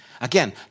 Again